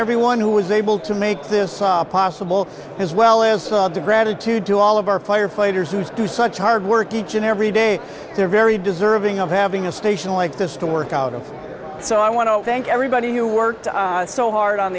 everyone who was able to make this possible as well as the gratitude to all of our firefighters who's do such hard work each and every day they're very deserving of having a station like this to work out and so i want to thank everybody who worked so hard on